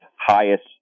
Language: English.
highest